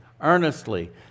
earnestly